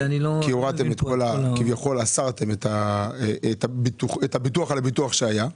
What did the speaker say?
כי הורדתם כביכול אסרתם את הביטוח על הביטוח שהיה.